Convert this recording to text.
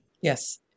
Yes